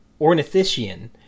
Ornithischian